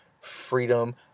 freedom